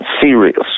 serious